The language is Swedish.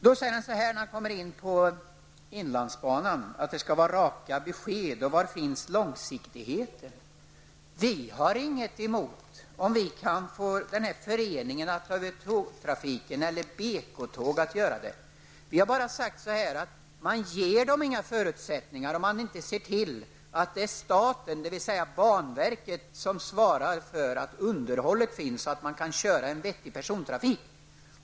När Birger Rosqvist kommer in på frågan om inlandsbanan säger han att det skall vara raka besked samtidigt som han efterfrågar långsiktigheten i vårt förslag. Vi har inget emot det om det går att få Svenska lokaltrafikföreningen eller BK-tåg att driva banan. Vi har bara sagt att man inte skapar förutsättningar för fortsatt drift om man inte ser till att staten eller banverket svarar för ett underhåll som gör att det går att ha en vettig persontrafik.